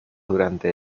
durante